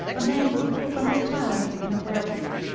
a man, who from his childhood had been a were-wolf,